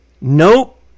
Nope